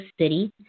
City